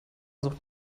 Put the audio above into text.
sucht